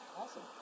Awesome